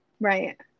right